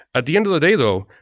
at the end of the day though,